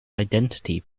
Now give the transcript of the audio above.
identity